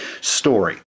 story